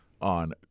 on